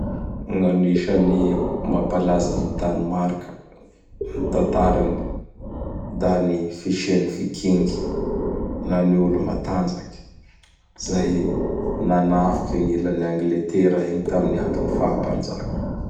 Gn'anisan'ny mapalaza an Danemark ny tatarany; da ny fsian'ny Viking na ny olo-matanjaky zay nanafiky gn'ilan'ny Angletera igny tam andron'ny faha Mpanjaka.